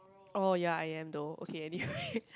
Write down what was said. oh ya I am though okay anyway